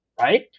right